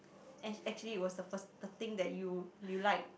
ac~ actually it was the first thing that you you like